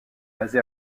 basé